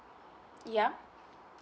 yeah